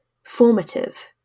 formative